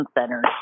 centers